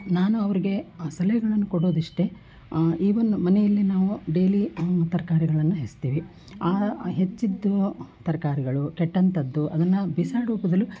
ನಾನು ಅವ್ರಿಗೆ ಸಲಹೆಗಳನ್ನು ಕೊಡೋದಿಷ್ಟೇ ಈವನ್ನು ಮನೆಯಲ್ಲಿ ನಾವು ಡೈಲಿ ತರಕಾರಿಗಳನ್ನ ಹೆಚ್ತೇವೆ ಆ ಹೆಚ್ಚಿದ್ದು ತರಕಾರಿಗಳು ಕೆಟ್ಟಂಥದ್ದು ಅದನ್ನು ಬಿಸಾಡುವ ಬದಲು